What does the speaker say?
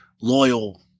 loyal